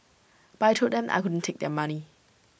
but I Told them I couldn't take their money